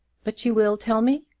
but you will tell me.